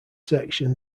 section